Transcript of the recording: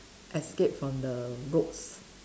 escape from the ropes